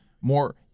more